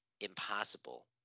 impossible